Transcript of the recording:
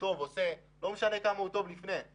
טוב עושה לא משנה כמה הוא טוב לפני כן